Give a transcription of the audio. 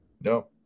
No